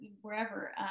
wherever